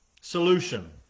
solution